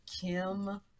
Kim